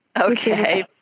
Okay